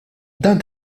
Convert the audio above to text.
dan